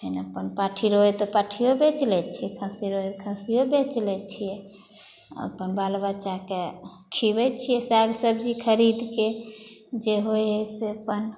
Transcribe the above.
पहिने अपन पाठी रहै तऽ पाठियो बेच लै छियै खस्सी रहै तऽ खस्सियो बेच लै छियै आ अपन बाल बच्चाके खीअबै छियै साग सब्जी खरीदके जे होइ हइ से अपन